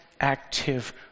active